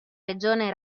regione